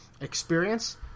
experience